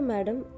Madam